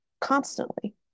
constantly